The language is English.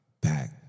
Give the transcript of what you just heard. back